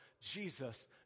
Jesus